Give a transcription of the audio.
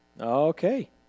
Okay